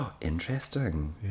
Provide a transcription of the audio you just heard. Interesting